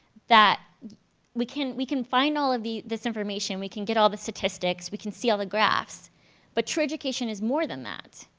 that we can we can find all of this information, we can get all the statistics, we can see all the graphs but true education is more than that